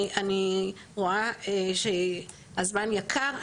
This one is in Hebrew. אני רואה שהזמן יקר.